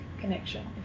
connection